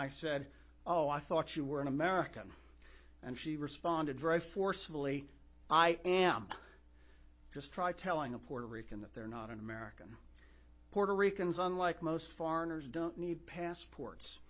i said oh i thought you were an american and she responded very forcefully i am just try telling a puerto rican that they're not an american puerto ricans unlike most foreigners don't need passports